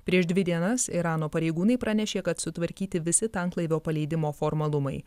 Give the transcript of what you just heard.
prieš dvi dienas irano pareigūnai pranešė kad sutvarkyti visi tanklaivio paleidimo formalumai